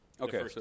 okay